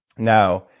now,